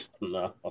No